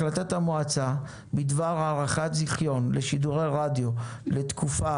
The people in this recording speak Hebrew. החלטת המועצה בדבר הארכת זיכיון לשידורי רדיו לתקופה